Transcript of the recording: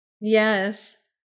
Yes